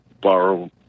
borrow